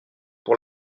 pour